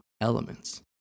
elements